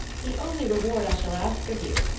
the only reward i shall ask of you,